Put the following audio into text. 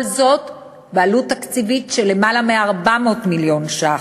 כל זאת בעלות תקציבית של למעלה מ-400 מיליון ש"ח,